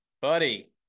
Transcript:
Buddy